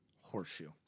horseshoe